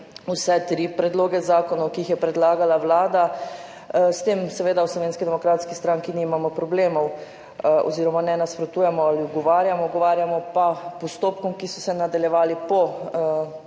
vse tri predloge zakonov, ki jih je predlagala Vlada. S tem seveda v Slovenski demokratski stranki nimamo problemov oziroma ne nasprotujemo ali ugovarjamo, ugovarjamo pa postopkom, ki so se nadaljevali po